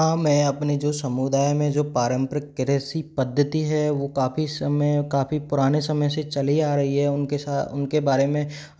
हाँ मैं अपने जो समुदाय में जो पारंपरिक कृषि पद्धति है वो काफी समय काफी पुराने समय से ही चली आ रही है उनके सात उनके बारे में